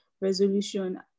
resolution